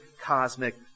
cosmic